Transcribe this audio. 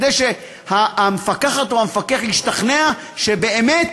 כדי שהמפקחת או המפקח ישתכנעו שזה באמת